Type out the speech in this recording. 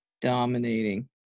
dominating